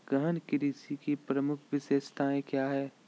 गहन कृषि की प्रमुख विशेषताएं क्या है?